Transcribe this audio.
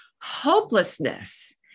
Hopelessness